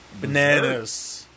bananas